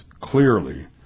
clearly